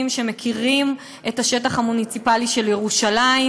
שמכירים את השטח המוניציפלי של ירושלים,